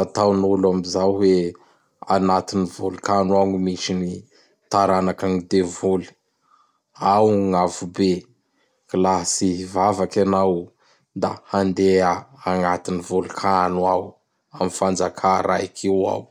Ataon'olo amzao hoe agnatin'ny vôlkano ao gny misy ny taranaky ny devoly. Ao gn'afo be. K laha tsy hivavaky anao da handea agnatin'ny volkano ao. Am fanjaka raiky io ao.